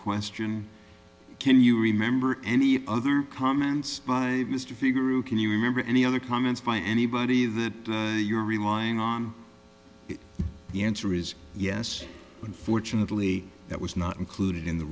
question can you remember any other comments by mr figure who can you remember any other comments by anybody that you're relying on the answer is yes unfortunately that was not included in the